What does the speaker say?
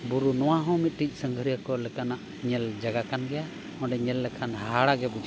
ᱵᱩᱨᱩ ᱱᱚᱣᱟ ᱦᱚᱸ ᱢᱤᱫᱴᱟᱝ ᱥᱟᱸᱜᱷᱟᱨᱤᱟᱹ ᱠᱚ ᱞᱮᱠᱟᱱᱟᱜ ᱧᱮᱞ ᱡᱟᱭᱜᱟ ᱠᱟᱱ ᱜᱮᱭᱟ ᱚᱸᱰᱮ ᱧᱮᱞ ᱞᱮᱠᱷᱟᱱ ᱦᱟᱦᱟᱲᱟᱜ ᱜᱮ ᱵᱩᱡᱷᱟᱹᱜᱼᱟ